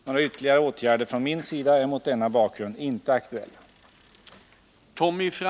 Nägra ytterligare åtgärder från min sida är mot denna bakgrund inte aktuella.